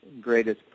greatest